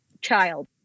child